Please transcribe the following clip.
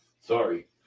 Sorry